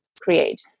create